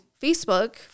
Facebook